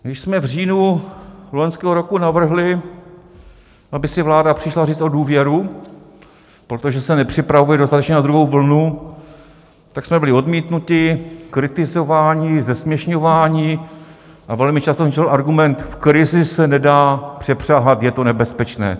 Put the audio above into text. Když jsme v říjnu loňského roku navrhli, aby si vláda přišla říct o důvěru, protože se nepřipravuje dostatečně na druhou vlnu, tak jsme byli odmítnuti, kritizováni, zesměšňováni a velmi často jsem slyšel argument: V krizi se nedá přepřahat, je to nebezpečné.